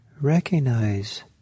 recognize